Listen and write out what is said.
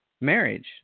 marriage